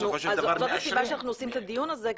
זאת הסיבה שאנחנו עושים את הדיון הזה,